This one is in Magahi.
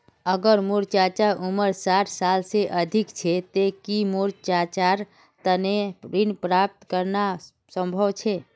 अगर मोर चाचा उम्र साठ साल से अधिक छे ते कि मोर चाचार तने ऋण प्राप्त करना संभव छे?